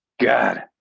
God